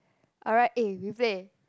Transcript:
alright eh we play